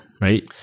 Right